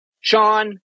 Sean